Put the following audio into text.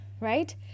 right